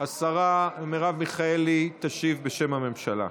השרה מרב מיכאלי תשיב בשם הממשלה.